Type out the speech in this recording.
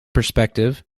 perspective